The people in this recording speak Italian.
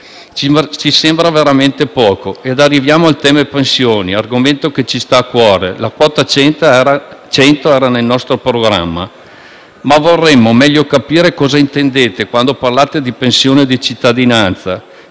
Ci sembra veramente poco. Arriviamo al tema pensioni, argomento che ci sta a cuore. La quota 100 era nel nostro programma, ma vorremmo meglio capire cosa intendete quando parlate di pensione di cittadinanza.